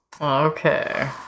Okay